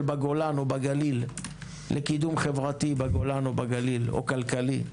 בגולן או בגליל לקידום חברתי בגולן או בגליל או כלכלי?